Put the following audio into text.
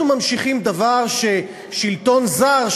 אנחנו ממשיכים דבר של שלטון זר,